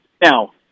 Now